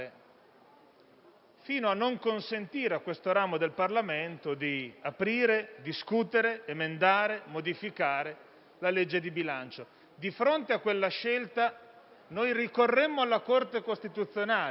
da non consentire a questo ramo del Parlamento di aprire, discutere, emendare, modificare la legge di bilancio. Di fronte a quella scelta, noi ricorremmo alla Corte costituzionale.